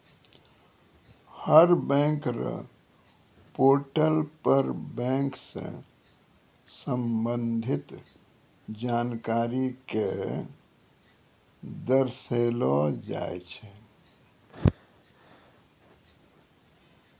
हर bank र portal पर bank स संबंधित जानकारी क दर्शैलो जाय छै